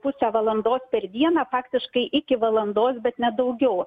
pusę valandos per dieną faktiškai iki valandos bet ne daugiau